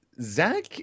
Zach